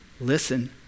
listen